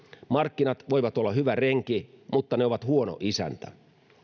markkinat voivat olla hyvä renki mutta ne ovat huono isäntä